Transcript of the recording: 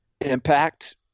impact